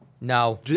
No